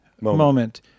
moment